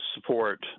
support